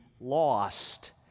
lost